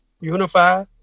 unify